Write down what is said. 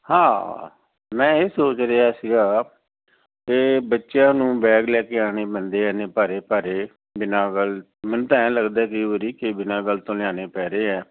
ਹਾਂ ਮੈਂ ਇਹ ਸੋਚ ਰਿਹਾ ਸੀਗਾ ਅਤੇ ਬੱਚਿਆਂ ਨੂੰ ਬੈਗ ਲੈ ਕੇ ਆਉਣੇ ਪੈਂਦੇ ਇੰਨੇ ਭਾਰੇ ਭਾਰੇ ਬਿਨਾਂ ਗੱਲ ਮੈਨੂੰ ਤਾਂ ਐ ਲੱਗਦਾ ਕਈ ਵਾਰੀ ਕਿ ਬਿਨਾਂ ਗੱਲ ਤੋਂ ਲਿਆਉਣੇ ਪੈ ਰਹੇ ਆ